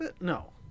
No